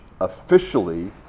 officially